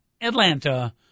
atlanta